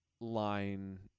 line